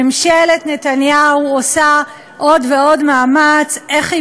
ממשלת נתניהו עושה עוד ועוד מאמץ איך היא